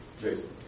Jason